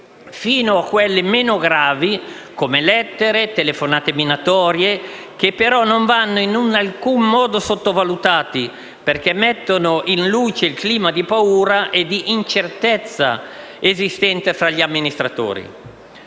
fino a quelle meno gravi, come le lettere e le telefonate minatorie, che però non vanno in alcun modo sottovalutate perché mettono in luce il clima di paura e di incertezza esistente tra gli amministratori.